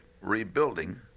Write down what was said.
rebuilding